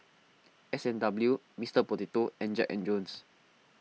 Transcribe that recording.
S and W Mister Potato and Jack and Jones